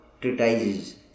treatises